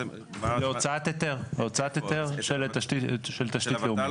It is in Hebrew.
הוצאת היתר להוצאת היתר של תשתית לאומית,